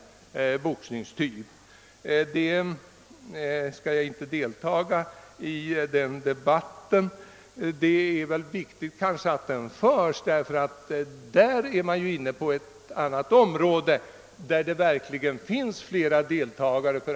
Jag skall inte delta i den debatten, men det är kanske viktigt att den förs, eftersom man i det sammanhanget kommer in på ett annat område där det verkligen finns flera deltagare.